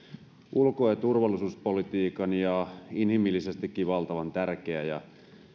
ulko ja turvallisuuspolitiikan kannalta ja inhimillisestikin valtavan tärkeä ja